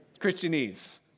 Christianese